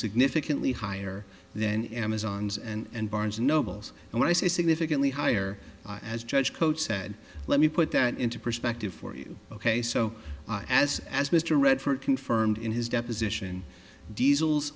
significantly higher than amazon's and barnes and noble's and when i say significantly higher as judge cote said let me put that into perspective for you ok so as as mr redford confirmed in his deposition diesel